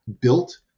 built